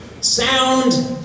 Sound